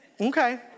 Okay